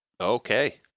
okay